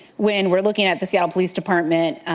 when we are looking at the seattle police department,